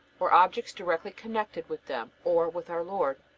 or objects directly connected with them or with our lord.